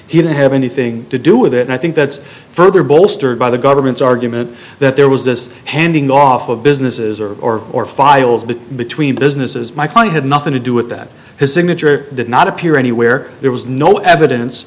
he didn't have anything to do with it i think that's further bolstered by the government's argument that there was this handing off of businesses or or or files but between businesses my client had nothing to do with that his signature did not appear anywhere there was no evidence